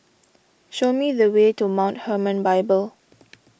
show me the way to Mount Hermon Bible